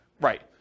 Right